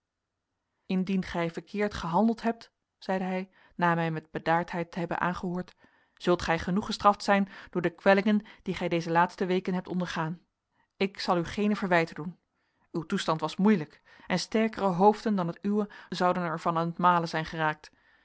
indien gij verkeerd gehandeld hebt zeide hij na mij met bedaardheid te hebben aangehoord zult gij genoeg gestraft zijn door de kwellingen die gij deze laatste weken hebt ondergaan ik zal u geene verwijten doen uw toestand was moeilijk en sterkere hoofden dan het uwe zouden er van aan t malen zijn geraakt